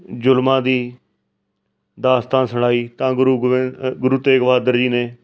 ਜੁਰਮਾਂ ਦੀ ਦਾਸਤਾਨ ਸੁਣਾਈ ਤਾਂ ਗੁਰੂ ਗੋਬਿੰਦ ਗੁਰੂ ਬਹਾਦਰ ਜੀ ਨੇ